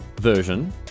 version